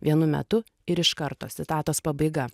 vienu metu ir iš karto citatos pabaiga